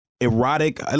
erotic